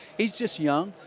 he's just young.